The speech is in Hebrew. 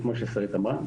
כי כמו ששרית אמרה,